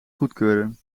goedkeuren